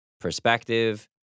perspective